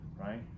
right